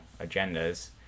agendas